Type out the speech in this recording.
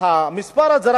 המספר הזה,